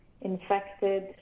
infected